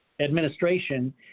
administration